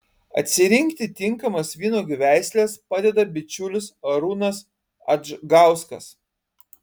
atsirinkti tinkamas vynuogių veisles padeda bičiulis arūnas adžgauskas